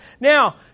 Now